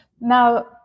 Now